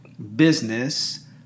business